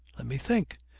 let me think.